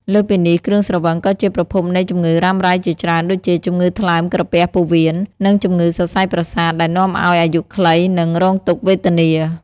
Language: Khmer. លើសពីនេះ គ្រឿងស្រវឹងក៏ជាប្រភពនៃជំងឺរ៉ាំរ៉ៃជាច្រើនដូចជា ជំងឺថ្លើម ក្រពះ ពោះវៀន និងជំងឺសរសៃប្រសាទ ដែលនាំឲ្យអាយុខ្លី និងរងទុក្ខវេទនា។